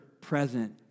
present